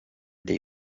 dei